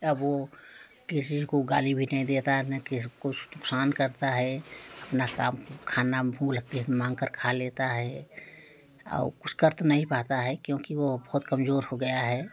अब वह किसी को गाली भी नहीं देता ना किसी कुछ नुकसान करता है अपना सब खाना भूख लगती है तो मांगकर खा लेता है और कुछ कर तो नहीं पाता है क्योंकि वह बहुत कमज़ोर हो गया है